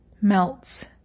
melts